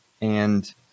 and-